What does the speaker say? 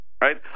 right